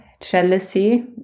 jealousy